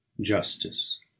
Justice